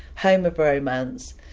home of romance,